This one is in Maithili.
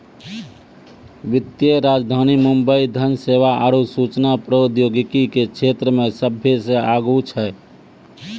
वित्तीय राजधानी मुंबई धन सेवा आरु सूचना प्रौद्योगिकी के क्षेत्रमे सभ्भे से आगू छै